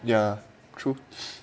ya true